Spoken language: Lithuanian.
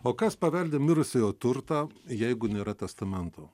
o kas paveldi mirusiojo turtą jeigu nėra testamento